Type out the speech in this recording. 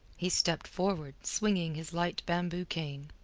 he stepped forward swinging his light bamboo cane.